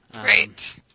Great